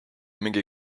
mingi